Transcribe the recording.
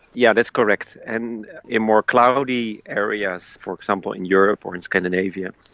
yeah that's correct. and in more cloudy areas, for example in europe or in scandinavia,